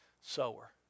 sower